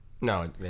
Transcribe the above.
No